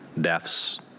deaths